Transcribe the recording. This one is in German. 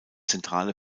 zentrale